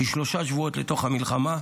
כשלושה שבועות לתוך המלחמה,